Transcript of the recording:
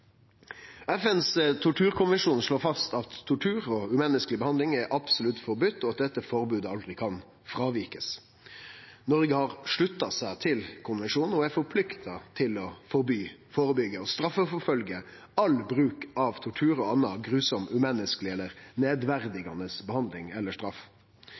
FNs torturkonvensjon slår fast at tortur og umenneskeleg behandling er absolutt forbode, og at dette forbodet aldri kan fråvikast. Noreg har slutta seg til konvensjonen og er forplikta til å forby, førebyggje og straffeforfølgje all bruk av tortur og anna grufull, umenneskeleg eller nedverdigande behandling eller straff.